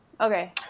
Okay